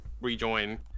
rejoin